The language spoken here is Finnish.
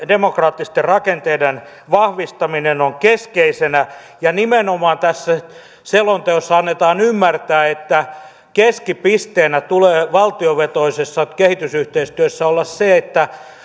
demokraattisten rakenteiden vahvistaminen on keskeisenä ja nimenomaan tässä selonteossa annetaan ymmärtää että keskipisteenä tulee valtiovetoisessa kehitysyhteistyössä olla se että